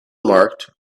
marked